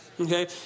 okay